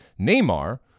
Neymar